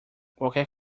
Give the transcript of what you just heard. qualquer